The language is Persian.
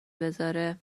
بذاره